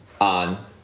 on